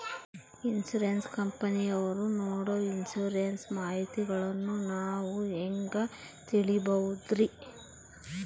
Insurance ಕಂಪನಿಯವರು ನೇಡೊ insurance ಮಾಹಿತಿಗಳನ್ನು ನಾವು ಹೆಂಗ ತಿಳಿಬಹುದ್ರಿ?